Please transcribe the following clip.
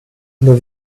nur